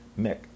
Mick